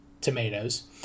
tomatoes